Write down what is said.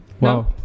Wow